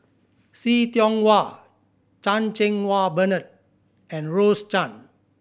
See Tiong Wah Chan Cheng Wah Bernard and Rose Chan